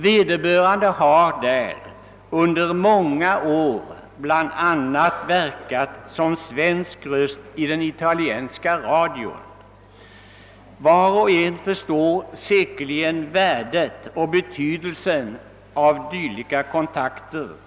Vederbörande har där under många år bl.a. verkat som svensk röst i den italienska radion. Var och en förstår säkerligen värdet och betydelsen för vårt land av dylika kontakter.